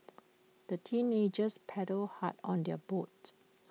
the teenagers paddled hard on their boat